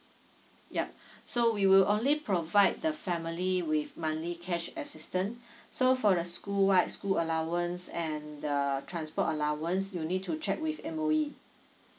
yup so we will only provide the family with monthly cash assistant so for the school wide school allowance and the transport allowance you need to check with M_O_E